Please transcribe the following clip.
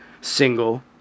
single